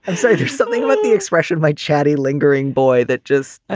and so yeah or something with the expression, my chatty, lingering boy. that just